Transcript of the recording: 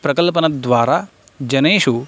प्रकल्पनद्वारा जनेषु